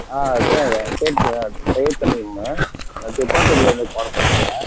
ஆ sir என் பேர் சையத் அமீம் நான் திருப்பத்தூருலேருந்து கால் பண்ணுறேன்